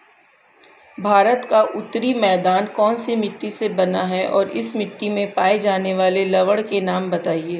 भारत का उत्तरी मैदान कौनसी मिट्टी से बना है और इस मिट्टी में पाए जाने वाले लवण के नाम बताइए?